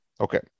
Okay